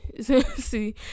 see